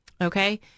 okay